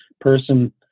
person